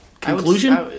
conclusion